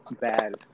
bad